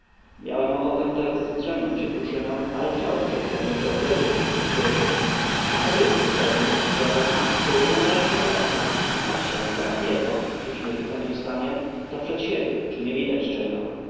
miałem ochotę teraz zdrzemnąć się kruszynę ale chciałem przed tem jeszcze rozejrzeć się po świecie postawiłem strzelbę pod drzewem przyłożyłem rękę do oka i patrzę to na niebo czy śnieżyca nie ustanie to przed siebie czy nie widać czego